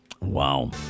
Wow